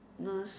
ness